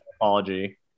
apology